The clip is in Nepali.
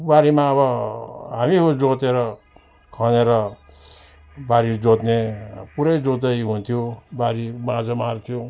बारीमा अब हामी हो जोतेर खनेर बारीहरू जोत्ने अब पुरै जोताइ हुन्थ्यो बारी बाँझो मार्थ्यौँ